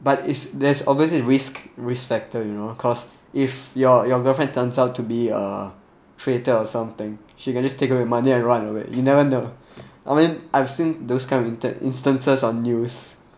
but it's there's obviously a risk risk factor you know cause if your your girlfriend turns out to be a traitor or something she can just take away the money and run away you never know I mean I've seen those kind of instances on news